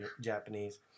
Japanese